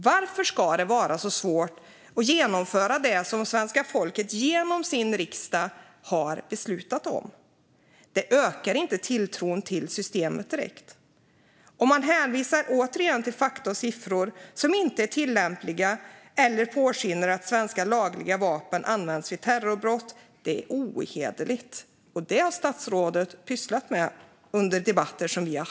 Varför ska det vara så svårt att genomföra det som svenska folket genom sin riksdag har beslutat om? Det ökar inte tilltron till systemet, direkt. Och man hänvisar återigen till fakta och siffror som inte är tillämpliga eller låter påskina att svenska lagliga vapen används vid terrorbrott. Det är ohederligt, och det har statsrådet pysslat med under debatter som vi haft.